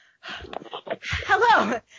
hello